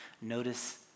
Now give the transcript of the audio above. Notice